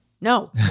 no